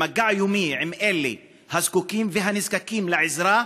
במגע יומי עם אלה הזקוקים והנזקקים לעזרה,